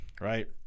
Right